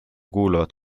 kuuluvad